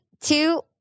two